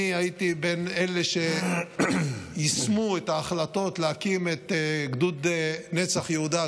אני הייתי בין אלה שיישמו את ההחלטות להקים את גדוד נצח יהודה,